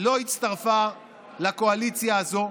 לא הצטרפה לקואליציה הזאת.